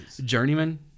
Journeyman